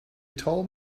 told